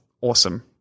Awesome